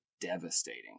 devastating